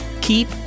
keep